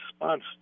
response